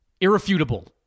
irrefutable